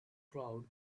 crowd